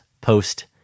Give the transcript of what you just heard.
post